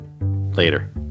Later